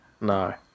No